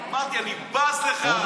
אמרתי, אני בז לך.